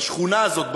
בשכונה הזאת,